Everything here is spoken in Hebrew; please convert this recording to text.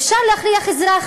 אפשר להכריח אזרח